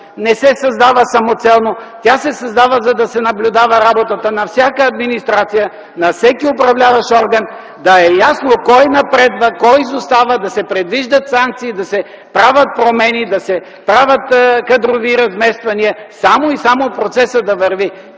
не се създава самоцелно. Тя се създава, за да се наблюдава работата на всяка администрация, на всеки управляващ орган да е ясно кой напредва, кой изостава, да се предвиждат санкции, да се правят промени, да се правят кадрови размествания само и само процесът да върви.